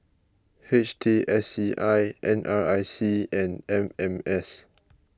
H T S C I N R I C and M M S